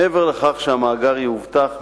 מעבר לכך שהמאגר יאובטח,